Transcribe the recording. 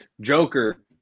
Joker